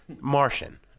Martian